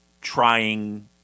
trying